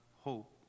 hope